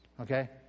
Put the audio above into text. Okay